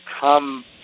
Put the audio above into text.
come